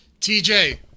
TJ